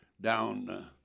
down